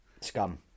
Scum